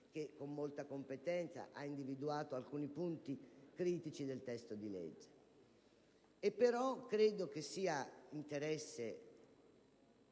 Grazie